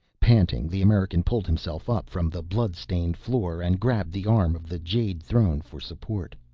panting, the american pulled himself up from the blood-stained floor and grabbed the arm of the jade throne for support.